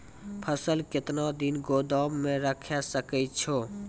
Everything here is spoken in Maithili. फसल केतना दिन गोदाम मे राखै सकै छौ?